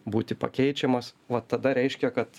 būti pakeičiamas vat tada reiškia kad